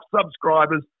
subscribers